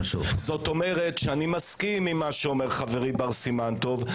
כלומר אני מסכים עם מה שאומר חברי בר סימן טוב.